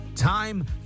Time